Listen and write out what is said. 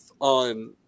on